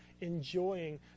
enjoying